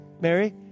Mary